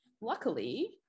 luckily